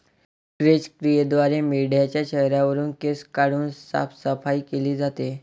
क्रॅच क्रियेद्वारे मेंढाच्या चेहऱ्यावरुन केस काढून साफसफाई केली जाते